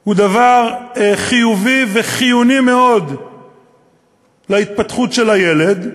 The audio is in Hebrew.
הוא דבר חיובי וחיוני מאוד להתפתחות של הילד.